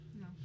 No